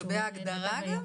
לגבי ההגדרה גם?